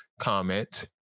comment